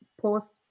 post